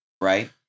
right